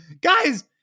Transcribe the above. guys